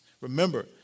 Remember